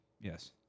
Yes